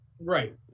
Right